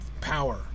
power